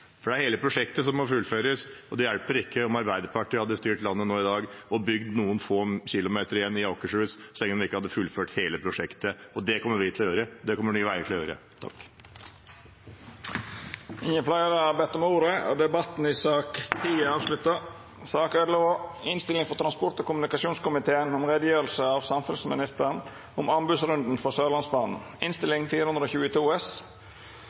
For det er hele prosjektet som må fullføres. Det hadde ikke hjulpet om Arbeiderpartiet hadde styrt landet nå i dag og bygd noen få kilometer i Akershus, så lenge en ikke hadde fullført hele prosjektet. Det kommer vi til å gjøre – det kommer Nye veier til å gjøre. Fleire har ikkje bedt om ordet til sak nr. 10. Etter ønske frå transport- og kommunikasjonskomiteen vil presidenten føreslå at taletida vert avgrensa til 5 minutt til kvar partigruppe og 5 minutt til medlemer av